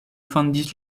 fondis